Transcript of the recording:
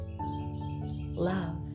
Love